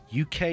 uk